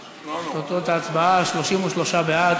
את הצעת חוק סדרי השלטון והמשפט (ביטול החלת המשפט,